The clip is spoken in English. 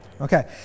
Okay